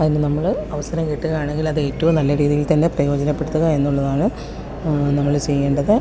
അതിന് നമ്മൾ അവസരം കിട്ടുകയാണെങ്കിൽ അത് ഏറ്റവും നല്ല രീതിയിൽ തന്നെ പ്രയോജനപ്പെടുത്തുക എന്നുള്ളതാണ് നമ്മൾ ചെയ്യേണ്ടത്